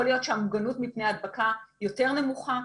להיות שהמוגנות מפני הדבקה יותר נמוכה,